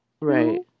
Right